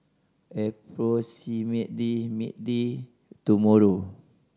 approximately tomorrow